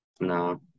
No